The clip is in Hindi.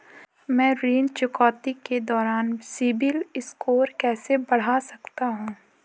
मैं ऋण चुकौती के दौरान सिबिल स्कोर कैसे बढ़ा सकता हूं?